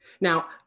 Now